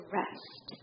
rest